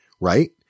right